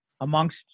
amongst